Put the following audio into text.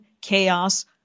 chaos